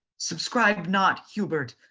subscribe not, hubert,